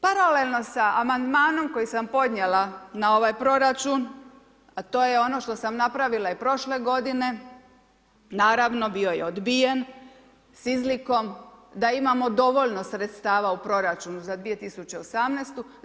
Paralelno sa Amandmanom koji sam podnijela na ovaj proračun, a to je ono što sam napravila i prošle godine, naravno, bio je odbijen s izlikom da imamo dovoljno sredstava u proračunu za 2018.-tu.